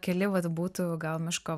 keli vat būtų gal miško